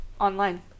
online